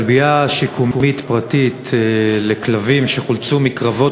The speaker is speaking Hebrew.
כלבייה שיקומית פרטית לכלבים שחולצו מקרבות